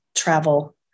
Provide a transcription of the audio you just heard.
travel